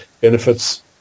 benefits